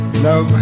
love